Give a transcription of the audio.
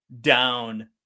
down